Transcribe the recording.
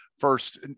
first